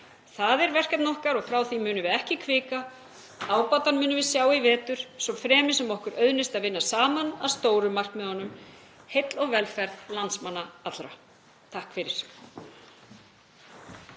Það er verkefni okkar og frá því munum við ekki hvika. Ábatann munum við sjá í vetur, svo fremi sem okkur auðnist að vinna saman að stóru markmiðunum; heill og velferð landsmanna allra. — Takk fyrir.